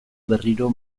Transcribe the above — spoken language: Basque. berriro